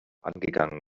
angegangen